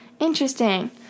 Interesting